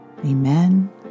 Amen